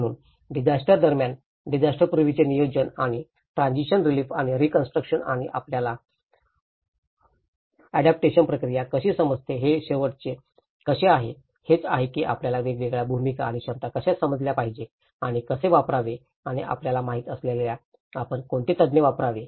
म्हणून डिझास्टर दरम्यान डिझास्टरपूर्वीचे नियोजन आणि ट्रॅजिशन रिलीफ आणि रिकन्स्ट्रक्शन आणि आपल्याला अडाप्टेशन प्रक्रिया कशी समजते हे शेवटचे कसे आहे हेच आहे की आपल्याला वेगवेगळ्या भूमिका आणि क्षमता कशा समजल्या पाहिजेत आणि कसे वापरावे आणि आपल्याला माहित आहे की आपण कोणते तज्ञ वापरावे